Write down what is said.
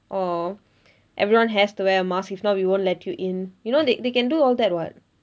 or everyone has to wear a mask if not we won't let you in you know they they can do all that [what]